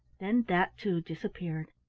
then that too disappeared.